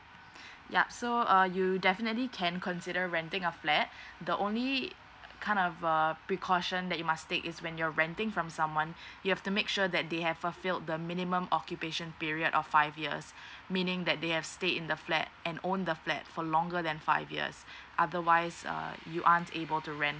ya so uh you definitely can consider renting a flat the only kind of err precaution that you must take is when you're renting from someone you have to make sure that they have fulfill the minimum occupation period of five years meaning that they have stay in the flat and own the flat for longer than five years otherwise err you aren't able to rent